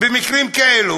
מתנהלת במקרים כאלה.